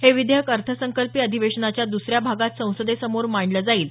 हे विधेयक अर्थसंकल्पीय अधिवेशनाच्या दुसऱ्या भागात संसदेसमोर मांडलं जाईल